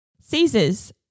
Caesar's